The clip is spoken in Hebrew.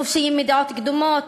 חופשיים מדעות קדומות,